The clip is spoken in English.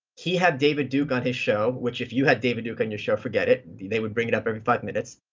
he had david duke on his show, which if you had david duke on your show, forget it. they would bring it up every five minutes.